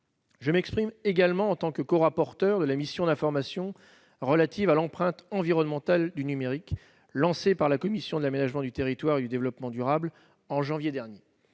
Je m'exprime également en tant que corapporteur de la mission d'information relative à l'empreinte environnementale du numérique, lancée par la commission de l'aménagement du territoire et du développement durable en janvier dernier.